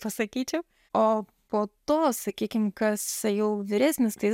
pasakyčiau o po to sakykim kas jau vyresnis tai